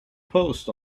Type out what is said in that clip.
post